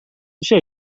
میشه